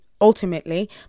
ultimately